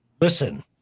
listen